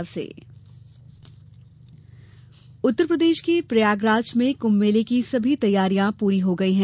कुंभ उत्तर प्रदेश के प्रयागराज में कुम्भ मेले की सभी तैयारियां पूरी हो गई हैं